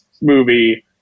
movie